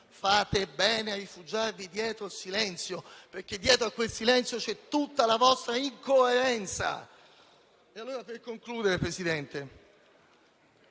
Fate bene a rifugiarvi dietro al silenzio, perché dietro a quel silenzio c'è tutta la vostra incoerenza. Avviandomi alla conclusione, signor